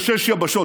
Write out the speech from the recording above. בשש יבשות,